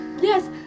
Yes